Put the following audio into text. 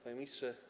Panie Ministrze!